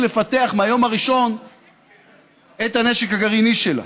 לפתח מהיום הראשון את הנשק הגרעיני שלה.